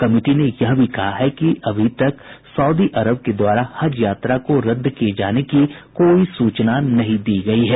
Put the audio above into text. committee ने यह भी कहा है कि अभी तक सऊदी अरब के द्वारा हज यात्रा को रद्द किये जाने की कोई सूचना नहीं दी गयी है